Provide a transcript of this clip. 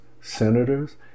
senators